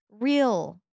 real